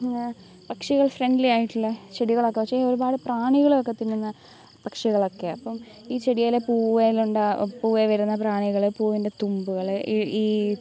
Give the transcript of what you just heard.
പക്ഷികൾ ഫ്രണ്ട്ലി ആയിട്ടുള്ള ചെടികളൊക്കെ ഒരുപാട് പ്രാണികളൊക്കെ തിന്നുന്ന പക്ഷികളൊക്കെയാണ് അപ്പോൾ ഈ ചെടിയിലെ പൂവിലുണ്ട പൂവിൽ വരുന്ന പ്രാണികൾ പൂവിൻ്റെ തുമ്പുകൾ ഈ ഈ